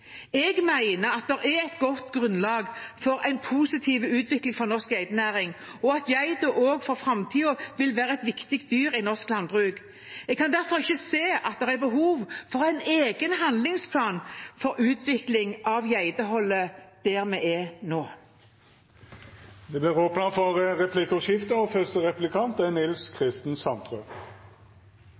Jeg mener det er godt grunnlag for en positiv utvikling for norsk geitenæring, og at geita også for framtiden vil være et viktig dyr i norsk landbruk. Jeg kan derfor ikke se at det er behov for en egen handlingsplan for utvikling av geiteholdet der vi er nå. Det vert replikkordskifte. Dette stortinget har hatt noen av de beste debattene om jordbruk og